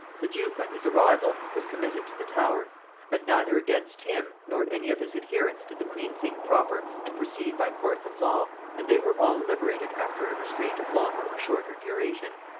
the duke on his arrival was committed to the tower but neither against him nor any of his adherents did the queen think proper to proceed by course of law, and they were all liberated after a restraint of longer or shorter duration.